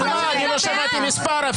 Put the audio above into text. אפילו לא שמעתי את המספר.